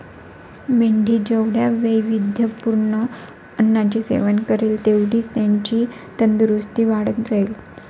मेंढी जेवढ्या वैविध्यपूर्ण अन्नाचे सेवन करेल, तेवढीच त्याची तंदुरस्ती वाढत जाईल